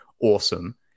awesome